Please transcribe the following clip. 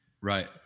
Right